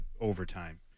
overtime